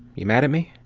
you mad at me?